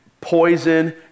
poison